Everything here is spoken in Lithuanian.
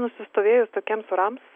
nusistovėjus tokiems orams